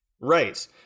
Right